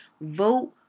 Vote